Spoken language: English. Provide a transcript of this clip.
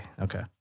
okay